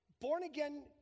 born-again